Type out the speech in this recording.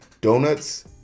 donuts